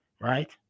right